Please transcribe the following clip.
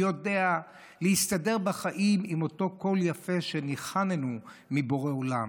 יודע להסתדר בחיים עם אותו קול יפה שניחן בו מבורא עולם.